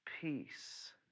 peace